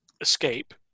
escape